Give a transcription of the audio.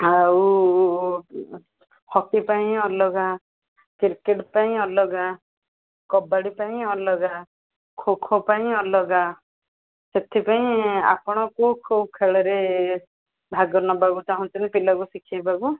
ଆଉ ହକି ପାଇଁ ଅଲଗା କ୍ରିକେଟ୍ ପାଇଁ ଅଲଗା କବାଡ଼ି ପାଇଁ ଅଲଗା ଖୋ ଖୋ ପାଇଁ ଅଲଗା ସେଥିପାଇଁ ଆପଣ କେଉଁ କେଉଁ ଖେଳରେ ଭାଗ ନେବାକୁ ଚାହୁଁଛନ୍ତି ପିଲାକୁ ଶିଖେଇବାକୁ